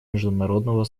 международного